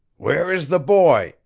where is the boy?